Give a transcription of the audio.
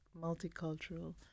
multicultural